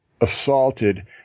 assaulted